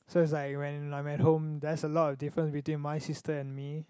so it's like when I'm at home there's a lot of difference between my sister and me